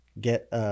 get